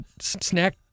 snack